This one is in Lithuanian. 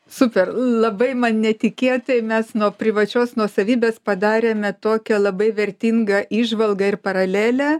super labai man netikėtai mes nuo privačios nuosavybės padarėme tokią labai vertingą įžvalgą ir paralelę